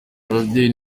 ababyeyi